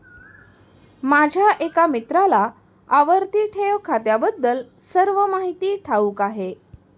माझ्या एका मित्राला आवर्ती ठेव खात्याबद्दल सर्व माहिती ठाऊक आहे